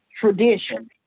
tradition